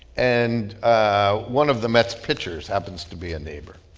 and ah one of the mets pitchers happens to be a neighbor.